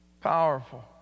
Powerful